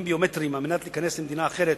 ביומטריים על מנת להיכנס למדינה אחרת,